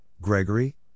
Gregory